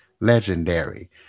Legendary